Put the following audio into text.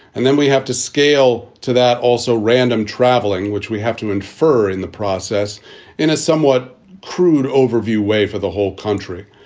and then we have to scale to that also random traveling, which we have to infer in the process in a somewhat crude overview way for the whole country.